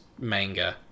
manga